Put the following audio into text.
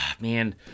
man